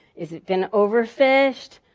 is it been over fished?